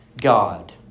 God